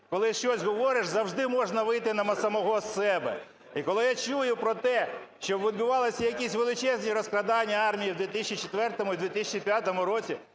коли щось говориш завжди можна вийти на самого себе. І коли я чую про те, що відбувалися якісь величезні розкрадання армії в 2004 і 2005 році.